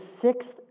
sixth